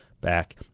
back